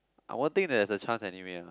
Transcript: I won't think that there's a chance anyway ah